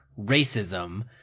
racism